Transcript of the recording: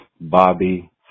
Bobby